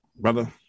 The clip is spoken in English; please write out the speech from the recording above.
brother